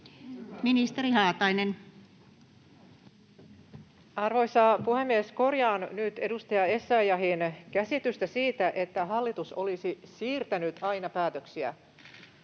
Content: Arvoisa puhemies! Korjaan nyt edustaja Essayahin käsitystä siitä, että hallitus olisi siirtänyt aina päätöksiä.